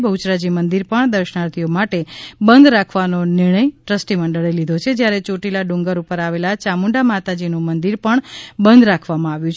બહ્યરાજી મંદિર પણ દર્શનાર્થીઓ માટે બંધ રાખવાનો નિર્ણય ટ્રસ્ટી મંડળે લીધો છે જ્યા રે યોટીલા ડુંગર ઉપર આવેલા ચામુંડા માતાજીનું મંદિર પણ બંધ કરવામાં આવ્યુ